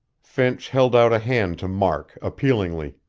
finch held out a hand to mark, appealingly.